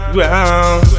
Ground